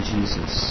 Jesus